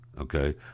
Okay